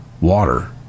water